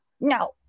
no